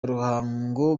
ruhango